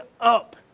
up